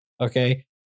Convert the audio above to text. Okay